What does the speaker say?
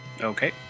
Okay